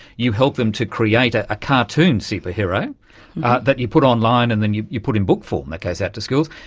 you help them to create a ah cartoon superhero that you put online and then you you put in book form, that goes out to schools.